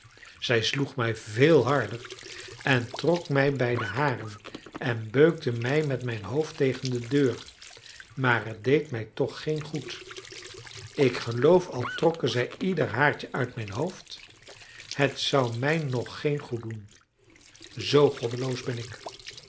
zij sloeg mij veel harder en trok mij bij de haren en beukte mij met mijn hoofd tegen de deur maar het deed mij toch geen goed ik geloof al trokken zij ieder haartje uit mijn hoofd het zou mij nog geen goed doen zoo goddeloos ben ik